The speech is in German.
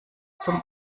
zum